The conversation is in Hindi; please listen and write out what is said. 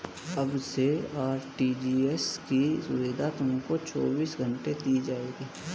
अब से आर.टी.जी.एस की सुविधा तुमको चौबीस घंटे दी जाएगी